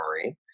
Marine